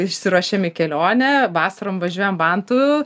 išsiruošiam į kelionę vasarom važiuojam vantų